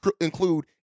include